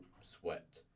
sweat